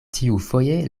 tiufoje